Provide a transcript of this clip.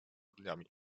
dniami